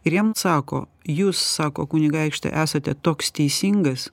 ir jam sako jūs sako kunigaikšti esate toks teisingas